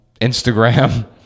Instagram